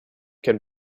can